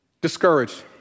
discouraged